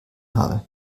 habe